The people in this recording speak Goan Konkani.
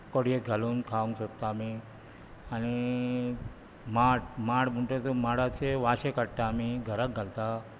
कोडयेक घालून खावंक शकता आमी आनी माड म्हणटा ते माडाचे वाशे काडटात आमी घराक घालता